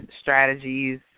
strategies